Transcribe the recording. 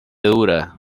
dura